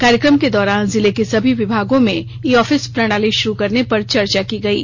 कार्यक्रम के दौरान जिले के सभी विभागों में ई ऑफिस प्रणाली शुरू करने पर चर्चा की गयी